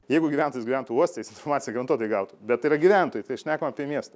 jeigu gyventojas gyventų uoste jis informaciją garantuotai gautų bet tai yra gyventojai tai šnekam apie miestą